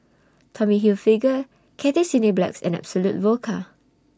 Tommy Hilfiger Cathay Cineplex and Absolut Vodka